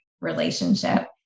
relationship